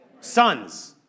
Sons